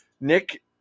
Nick